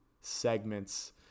segments